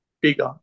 bigger